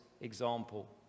example